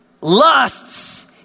lusts